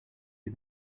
you